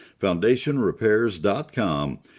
foundationrepairs.com